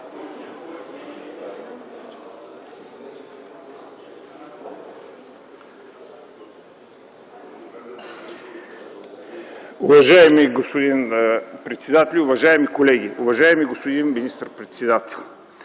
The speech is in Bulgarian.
Уважаеми господин председател, уважаеми колеги! Уважаеми господин министър-председател,